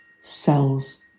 cells